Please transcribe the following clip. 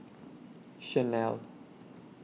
Chanel